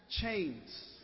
chains